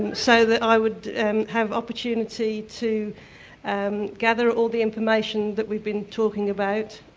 so that i would and have opportunity to um gather all the information that we've been talking about,